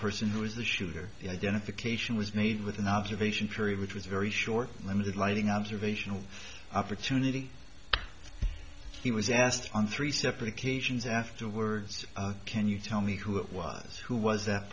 person who was the shooter the identification was made with an observation period which was very short limited lighting observational opportunity he was asked on three separate occasions afterwards can you tell me who it was who was that